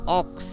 ox